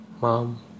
mom